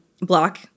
Block